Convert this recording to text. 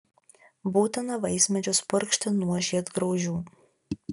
būtina vaismedžius purkšti nuo žiedgraužių